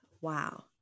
wow